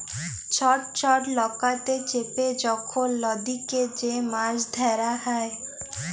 ছট ছট লকাতে চেপে যখল লদীতে যে মাছ ধ্যরা হ্যয়